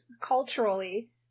culturally